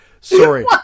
Sorry